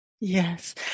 Yes